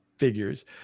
figures